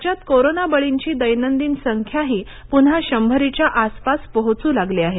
राज्यात कोरोना बळींची दैनंदिन संख्याही पुन्हा शंभरीच्या आसपास पोहोच् लागली आहे